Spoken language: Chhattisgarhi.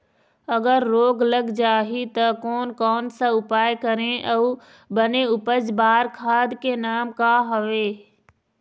अगर रोग लग जाही ता कोन कौन सा उपाय करें अउ बने उपज बार खाद के नाम का हवे?